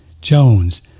Jones